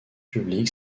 public